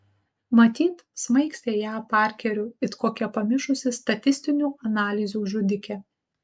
matyt smaigstė ją parkeriu it kokia pamišusi statistinių analizių žudikė